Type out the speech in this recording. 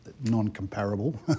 non-comparable